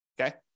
okay